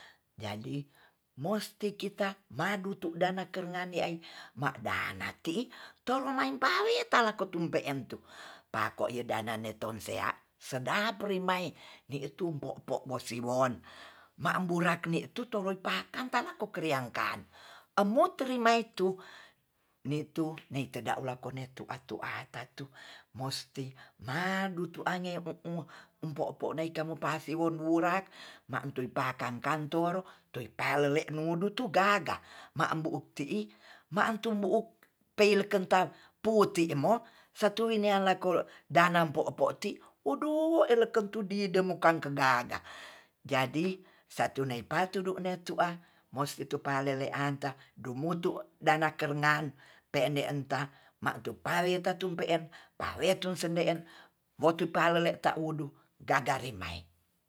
Jadi mosti kita madutu dana keringan ya'ai madana ti'i torong maing paei talak kutun pe entu pakoe dana ne tonsea sedap rimai di tumpopo moosiwon maburani tuto pakang talakkeriangkan embut trimaitu ni tu nei teda lako netu atu mosti madutu angemo empopona naika mupasi won wora ma'tui makang kang toro toi palele nudutu gaga maam bu'u ti'i mantu bu'uk peilekeng ta puti mo satu winea lako dana popoti odo ereken tundi dem kang ko gaga jadi satu nei patu nei tu a mosti tu palelean ta domutu dana keringan pe'nde enta matu pawi tatum pe'en pawetu sen'deen wotu palele ta wudu gaga rimai